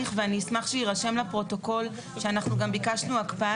אני אשמח שיירשם לפרוטוקול שאנחנו ביקשנו הקפאת